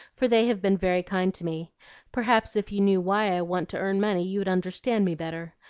for they have been very kind to me. perhaps if you knew why i want to earn money, you'd understand me better.